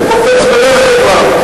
הוא קופץ בדרך כלל.